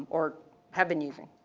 or have been using.